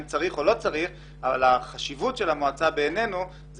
צריך או לא צריך אבל החשיבות של המועצה בעינינו היא